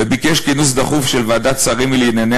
וביקש כינוס דחוף של ועדת שרים לענייני